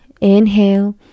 inhale